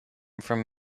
from